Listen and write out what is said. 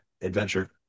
adventure